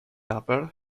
upper